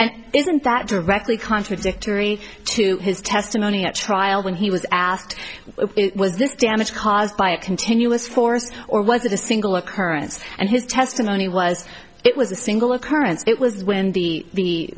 and isn't that directly contradictory to his testimony at trial when he was asked was this damage caused by a continuous force or was it a single occurrence and his testimony was it was a single occurrence it was when the